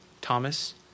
Thomas